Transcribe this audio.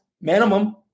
minimum